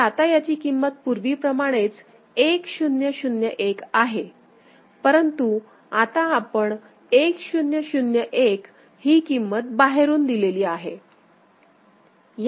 तर आता याची किंमत पूर्वीप्रमाणेच 1001 आहे परंतु आता आपण 1001 ही किंमत बाहेरून दिलेली आहे